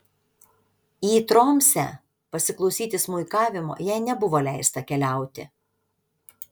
į tromsę pasiklausyti smuikavimo jai nebuvo leista keliauti